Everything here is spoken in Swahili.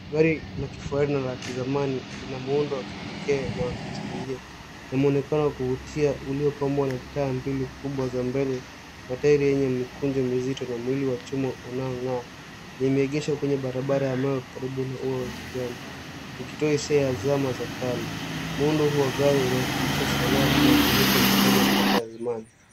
Gari la kifahari na la kizamani lina muundo wa kipekee na wa kihistoria. Lina mwonekano wa kuvutia uliopambwa na taa mbili kubwa za mbele, matairi yenye mikunjo mizito na mwili wa chuma unaong'aa. Limeegeshwa kwenye barabara ya mawe karibu na ua la kijani likitoa hisia ya zama za kale. Muundo huu wa gari unawakilisha sanaa na ubunifu wa magari wa miaka ya zamani.